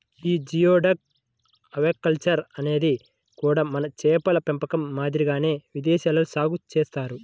యీ geoduck aquaculture అనేది కూడా మన చేపల పెంపకం మాదిరిగానే విదేశాల్లో సాగు చేత్తన్నారు